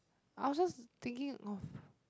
I was just thinking of